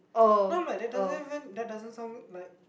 then I'm like that doesn't even that doesn't sound like